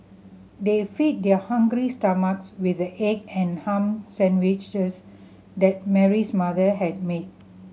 they fed their hungry stomachs with the egg and ham sandwiches that Mary's mother had made